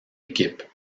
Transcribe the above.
équipe